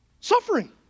suffering